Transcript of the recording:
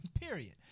Period